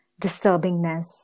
disturbingness